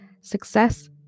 success